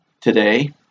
today